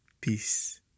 peace